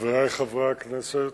חברי חברי הכנסת,